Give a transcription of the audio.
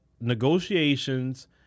negotiations